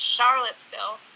Charlottesville